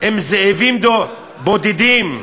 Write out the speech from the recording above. הם זאבים בודדים,